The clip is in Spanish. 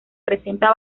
presenta